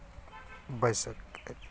ᱵᱟᱹᱭᱥᱟᱹᱠᱷ